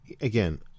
Again